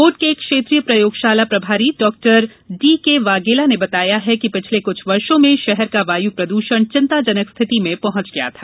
board के क्षेत्रीय प्रयोगशाला प्रभारी डॉक्टर डी के वागेला ने बताया कि पिछले कुछ वर्षो में षहर का वायु प्रदूषण चिंताजनक स्थिति में पहुंच गया था